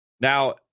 Now